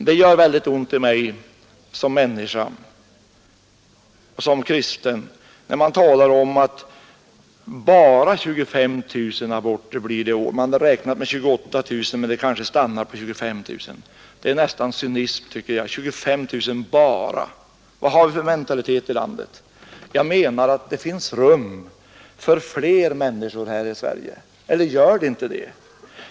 Det gör ont i mig som människa och som kristen när man talar om att det i år ”bara” blir 25 000 aborter. Man hade räknat med 28 000, men antalet kanske stannar vid 25 000. Det verkar som en cynism — ”bara” 25 000. Vad har vi för mentalitet i vårt land? Jag menar att det finns rum för fler människor här i Sverige — eller gör det inte det?